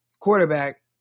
quarterback